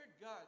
God